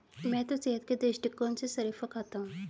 मैं तो सेहत के दृष्टिकोण से शरीफा खाता हूं